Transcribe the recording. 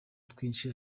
twinshi